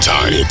Time